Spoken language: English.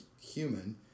human